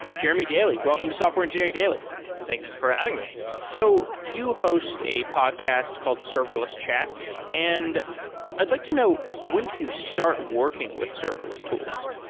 jeremy daily, welcome to software engineering daily thanks for having me so you host a podcast called serverless chats, and i'd like to know when did you start working with serverless tolls?